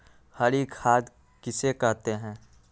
हरी खाद किसे कहते हैं?